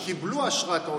קיבלו אשרת עולה.